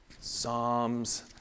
Psalms